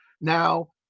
Now